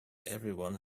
everyone